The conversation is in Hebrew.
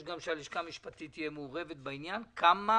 גם שהלשכה המשפטית תהיה מעורבת בשאלה שהיא כמה